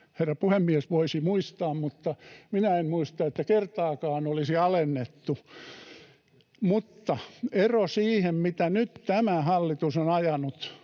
herra puhemies voisi muistaa, mutta minä en muista — että kertaakaan niitä olisi alennettu. Mutta ero siihen, mitä nyt tämä hallitus on ajanut,